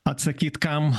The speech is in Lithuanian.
atsakyt kam